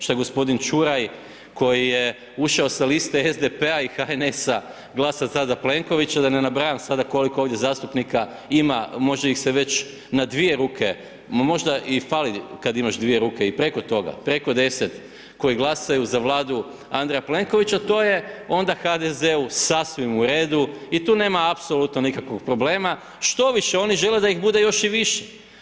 Šta gospodin Ćuraj koji je ušao liste SDP-a i HNS-a glasa sad za Plenkovića da ne nabrajam sada koliko ovdje zastupnika ima može ih se već na dvije ruke, možda i fali kad imaš dvije ruke i preko toga, preko 10 koji glasaju za Vladu Andrije Plenkovića to je onda HDZ-u sasvim u redu i tu nema apsolutno nikakvog problema, štoviše oni žele da ih bude još i više.